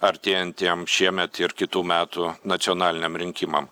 artėjantiem šiemet ir kitų metų nacionaliniam rinkimam